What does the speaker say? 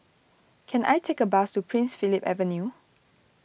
can I take a bus to Prince Philip Avenue